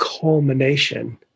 culmination